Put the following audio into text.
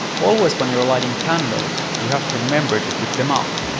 always when you're lighting candles, you have to remember to put them out.